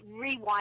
rewind